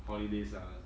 holidays ah